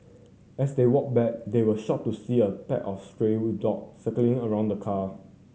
as they walked back they were shocked to see a pack of stray dog circling around the car